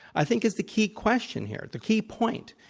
i think is the key question here, the key point.